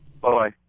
Bye